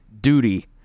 duty